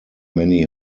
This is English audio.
many